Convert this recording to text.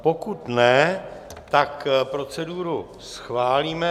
Pokud ne, tak proceduru schválíme.